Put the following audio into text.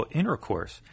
intercourse